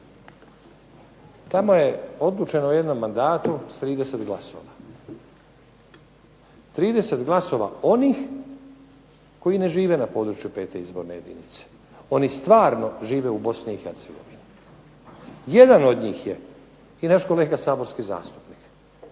Tamo je odlučeno u jednom mandatu s 30 glasova, 30 glasova onih koji ne žive na području 5. izborne jedinice. Oni stvarno žive u Bosni i Hercegovini. Jedan od njih je i naš kolega saborski zastupnik.